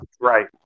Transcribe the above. right